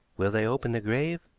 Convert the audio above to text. will they open the grave?